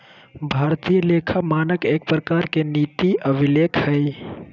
भारतीय लेखा मानक एक प्रकार के नीति अभिलेख हय